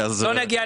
טכנית?